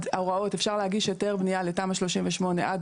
אפשר להגיש היתר בנייה לתמ"א 38 עד